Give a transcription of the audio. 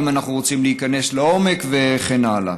אם אנחנו רוצים להיכנס לעומק וכן הלאה.